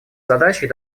задачей